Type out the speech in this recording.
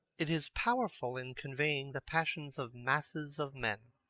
it is powerful in conveying the passions of masses of men.